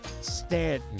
stanton